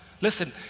Listen